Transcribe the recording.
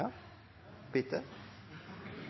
A.